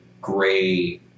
gray